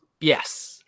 yes